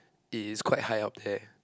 it is quite high up there